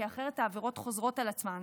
כי אחרת העבירות חוזרות על עצמן.